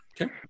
Okay